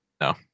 No